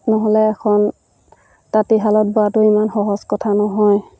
নহ'লে এখন তাঁতিশালত বোৱাটো ইমান সহজ কথা নহয়